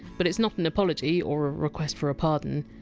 but it! s not an apology. or a request for a pardon.